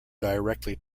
directly